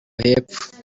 hepfo